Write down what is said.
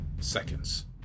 seconds